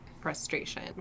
frustration